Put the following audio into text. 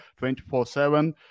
24-7